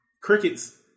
Crickets